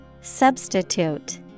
Substitute